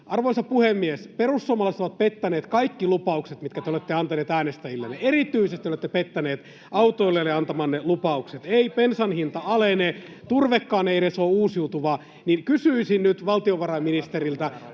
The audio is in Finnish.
Arvoisa puhemies! Perussuomalaiset ovat pettäneet kaikki lupaukset, mitkä te olette antaneet äänestäjillenne. Erityisesti olette pettäneet autoilijoille antamanne lupaukset. [Annika Saarikko: Näin on!] Ei bensan hinta alene. Turvekaan ei edes ole uusiutuvaa. Kysyisin nyt valtiovarainministeriltä: